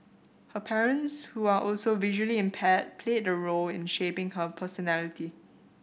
her parents who are also visually impaired played a role in shaping her personality